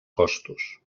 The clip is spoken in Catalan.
costos